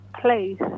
place